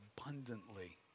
abundantly